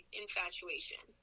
infatuation